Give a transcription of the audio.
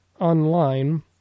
online